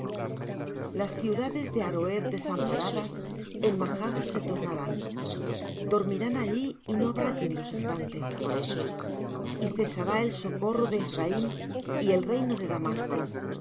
las ciudades de aroer desamparadas en majadas se tornarán dormirán allí y no habrá quien los espante y cesará el socorro de ephraim y el reino de damasco